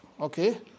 okay